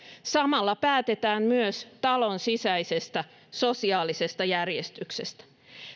samalla päätetään myös talon sisäisestä sosiaalisesta järjestyksestä